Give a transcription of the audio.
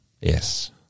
Yes